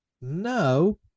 No